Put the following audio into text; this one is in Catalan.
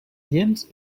llenç